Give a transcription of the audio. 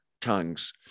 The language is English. tongues